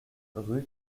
rue